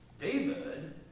David